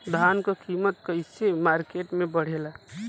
धान क कीमत कईसे मार्केट में बड़ेला?